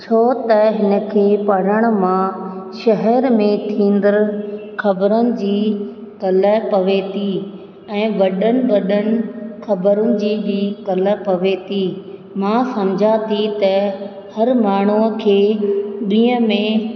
छो त हिन खे पढ़ण मां शहर में थींदड़ु ख़बरुनि जी कला पवे थी ऐं वॾनि वॾनि ख़बरुनि जी बि कला पवे थी मां समझां थी त हर माण्हूअ खे ॾींहं में